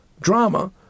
drama